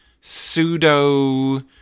pseudo